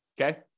okay